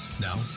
Now